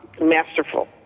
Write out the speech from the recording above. masterful